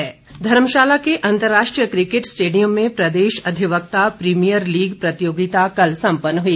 धुमल धर्मशाला के अंतर्राष्ट्रीय cricket stadium में प्रदेश अधिवक्ता प्रीमियर लीग प्रतियोगिता कल सम्पन्न हुई